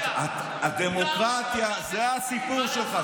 מותר בדמוקרטיה להפגין,